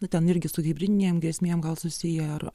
na ten irgi su hibridinėm grėsmėm gal susiję ar